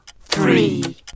three